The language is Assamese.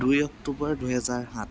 দুই অক্টোবৰ দুহেজাৰ সাত